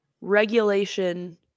regulation